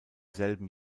selben